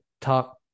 talk